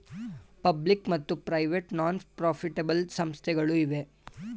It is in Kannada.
ಪಬ್ಲಿಕ್ ಮತ್ತು ಪ್ರೈವೇಟ್ ನಾನ್ ಪ್ರಾಫಿಟೆಬಲ್ ಸಂಸ್ಥೆಗಳು ಇವೆ